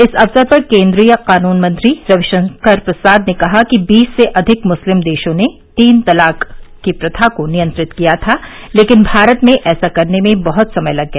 इस अवसर पर केंद्रीय कानून मंत्री रविशंकर प्रसाद ने कहा कि बीस से अधिक मुस्लिम देशों ने भी तीन तलाक की प्रथा को नियंत्रित किया था लेकिन भारत में ऐसा करने में बहुत समय लग गया